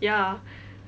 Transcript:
ya